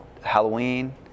Halloween